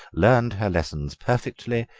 learned her lessons perfectly,